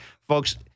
Folks